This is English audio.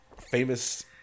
famous